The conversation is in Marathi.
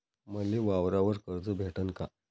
मले वावरावर कर्ज भेटन का?